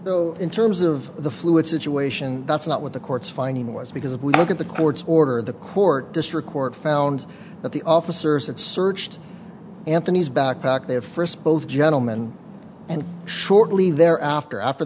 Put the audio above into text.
meant in terms of the fluid situation that's not what the court's finding was because if we look at the court's order the court district court found that the officers had searched anthony's backpack they had first both gentleman and shortly there after after